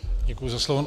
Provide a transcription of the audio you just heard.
Děkuji za slovo.